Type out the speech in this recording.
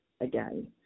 again